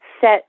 Set